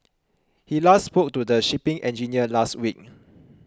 he last spoke to the shipping engineer last week